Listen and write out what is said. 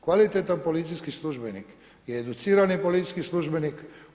Kvalitetan policijski službenik je educirani policijski službenik.